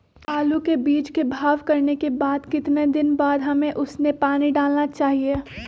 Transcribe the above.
आलू के बीज के भाव करने के बाद कितने दिन बाद हमें उसने पानी डाला चाहिए?